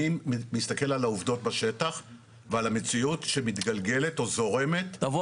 אני מסתכל על העובדות בשטח ועל המציאות שמתגלגלת או זורמת --- תבוא